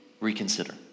Reconsider